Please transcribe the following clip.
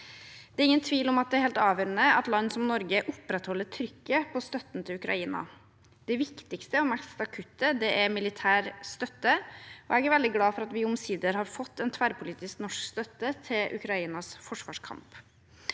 Det er uten tvil helt avgjørende at land som Norge opprettholder trykket på støtten til Ukraina. Det viktigste og mest akutte er militær støtte, og jeg er veldig glad for at vi omsider har fått en tverrpolitisk norsk støtte til Ukrainas forsvarskamp.